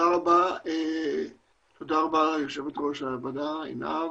תודה רבה ליו"ר הוועדה עינב,